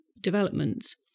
developments